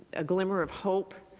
a glimmer of hope,